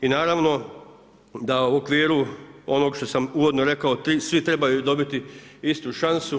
I naravno da u okviru onog što sam uvodno rekao ti svi trebaju dobiti istu šansu.